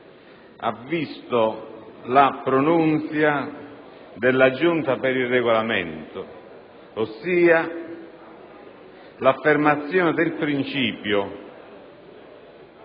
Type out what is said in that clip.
ha visto la pronuncia della Giunta per il Regolamento, ossia l'affermazione del principio